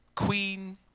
Queen